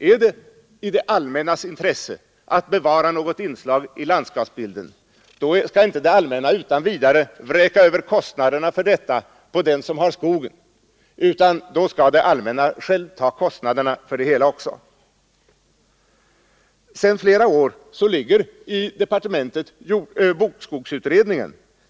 Är det i det allmännas intresse att bevara ett inslag i landskapsbilden, skall det allmänna inte utan vidare vräka över kostnaderna för detta på dem som har skogen, utan då skall det allmänna självt ta kostnaderna för det hela. Sedan flera år ligger bokskogsutredningen i departementet.